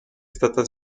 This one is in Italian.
stata